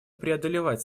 преодолевать